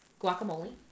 guacamole